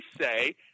say